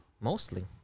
Mostly